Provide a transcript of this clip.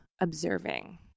observing